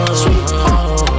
sweet